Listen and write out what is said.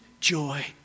joy